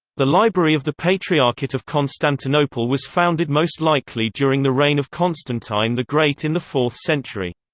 the library of the patriarchate of constantinople was founded most likely during the reign of constantine the great in the fourth century.